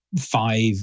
five